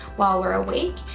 while we're awake,